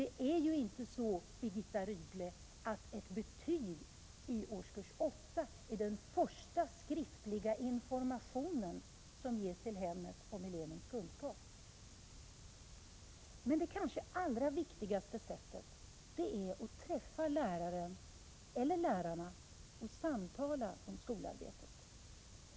Det är ju inte så, Birgitta Rydle, att ett betyg i årskurs 8 är den första skriftliga informationen till hemmet om elevens kunskaper. = Men det kanske allra viktigaste sättet är att träffa läraren eller lärarna och samtala om skolarbetet.